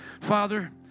Father